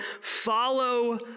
Follow